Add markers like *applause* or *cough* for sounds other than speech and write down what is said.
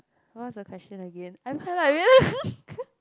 what was the question again *laughs*